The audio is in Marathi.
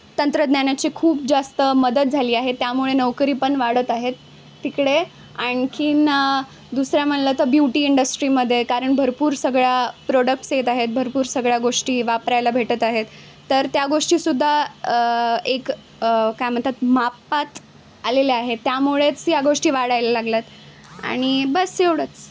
तंत्रज्ञानाची खूप जास्त मदत झाली आहे त्यामुळे नोकरी पण वाढत आहेत तिकडे आणखीन दुसऱ्या म्हणलं तर ब्युटी इंडस्ट्रीमध्ये कारण भरपूर सगळ्या प्रोडक्ट्स येत आहेत भरपूर सगळ्या गोष्टी वापरायला भेटत आहेत तर त्या गोष्टीसुद्धा एक काय म्हणतात मापात आलेल्या आहे त्यामुळेच या गोष्टी वाढायला लागल्या आहेत आणि बस एवढंच